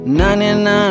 99